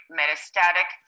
metastatic